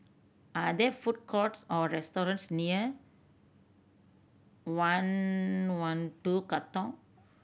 are there food courts or restaurants near I One Two Katong